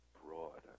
broad